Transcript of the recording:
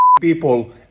people